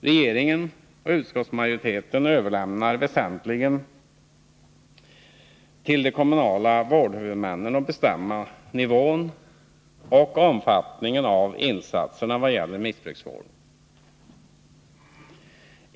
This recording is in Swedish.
Regeringen och utskottsmajoriteten överlämnar väsentligen till de kommunala vårdhuvudmännen att bestämma nivån på och omfattningen av insatserna vad gäller missbruksvården.